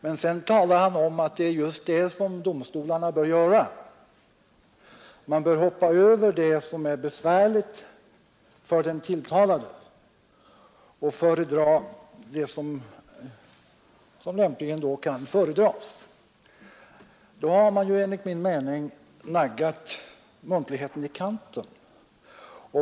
Sedan sade emellertid herr Ernulf själv att det är just vad domstolen bör göra — man bör hoppa över det som är besvärande för den tilltalade och bara föredra det som lämpligen kan föredras. Då har man enligt min mening naggat muntligheten i kanten.